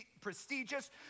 prestigious